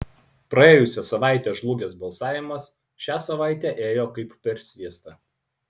praėjusią savaitę žlugęs balsavimas šią savaitę ėjo kaip per sviestą